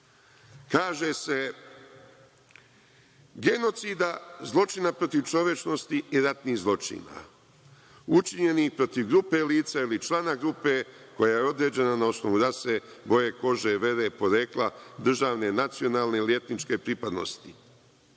kaže se – genocida, zločina protiv čovečnosti i ratnih zločina učinjenih protiv grupe lica ili člana grupe koja je određena na osnovu rase, boje kože, vere, porekla državne, nacionalne ili etničke pripadnosti. Ovde